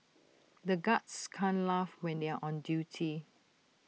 the guards can't laugh when they are on duty